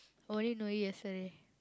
only know it yesterday